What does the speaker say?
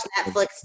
Netflix